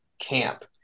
camp